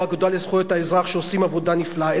האגודה לזכויות האזרח שעושים עבודה נפלאה,